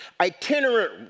itinerant